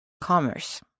commerce